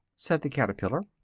said the caterpillar.